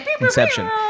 Inception